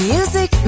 Music